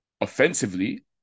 offensively